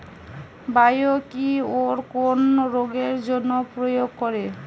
Biocure কোন রোগেরজন্য প্রয়োগ করে?